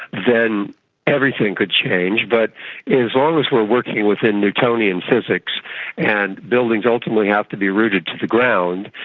then everything could change, but as long as we are working within newtonian physics and buildings ultimately have to be rooted to the ground,